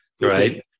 right